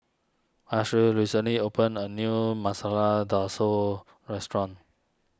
Ashley recently opened a new Masala restaurant